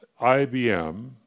IBM